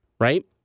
right